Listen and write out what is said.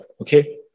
okay